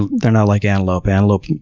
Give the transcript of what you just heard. they're not like antelope. antelope,